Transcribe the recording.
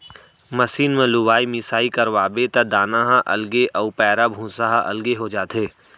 machine म लुवाई मिसाई करवाबे त दाना ह अलगे अउ पैरा भूसा ह अलगे हो जाथे